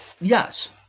Yes